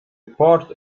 part